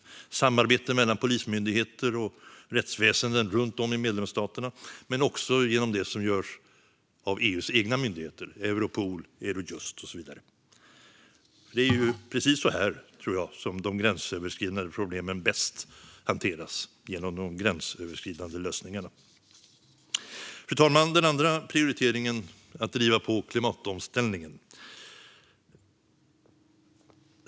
Det handlar om samarbete mellan polismyndigheter och rättsväsenden runt om i medlemsstaterna men också om det som görs av EU:s egna myndigheter: Europol, Eurojust och så vidare. Det är precis så här, tror jag, som de gränsöverskridande problemen bäst hanteras: genom de gränsöverskridande lösningarna. Fru talman! Den andra prioriteringen är att driva på klimatomställningen.